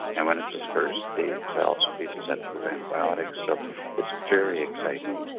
and when it disperses the cells would be susceptible to antibiotics. so it's very exciting.